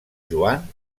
joan